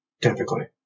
typically